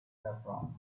saffron